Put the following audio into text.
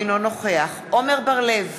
אינו נוכח עמר בר-לב,